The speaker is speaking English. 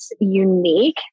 unique